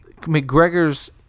McGregor's